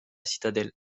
citadelle